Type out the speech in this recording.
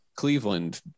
Cleveland